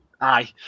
Aye